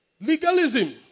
Legalism